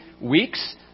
weeks